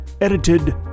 Edited